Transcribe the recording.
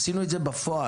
עשינו את זה בפועל.